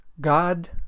God